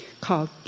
called